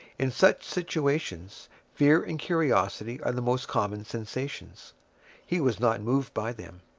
in such situations fear and curiosity are the most common sensations he was not moved by them.